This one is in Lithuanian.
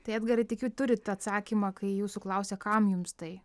tai edgarai tikiu turit atsakymą kai jūsų klausia kam jums tai